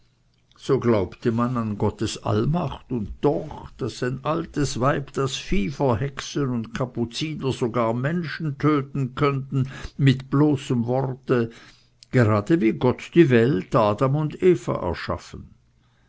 so glaubte man an gottes allmacht und doch daß ein altes weib das vieh verhexen und kapuziner sogar menschen töten könnten mit bloßem worte gerade wie gott die welt adam und eva erschaffen